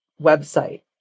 website